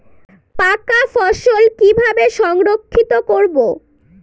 পাকা ফসল কিভাবে সংরক্ষিত করব?